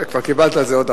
כבר קיבלת על זה.